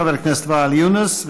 חבר הכנסת ואאל יונס,